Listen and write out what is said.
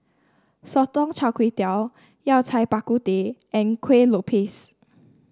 Sotong Char Kway Yao Cai Bak Kut Teh and Kueh Lopes